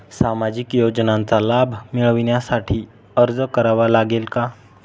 सामाजिक योजनांचा लाभ मिळविण्यासाठी अर्ज करावा लागेल का?